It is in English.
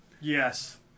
Yes